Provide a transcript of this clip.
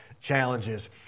challenges